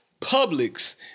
Publix